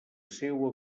seua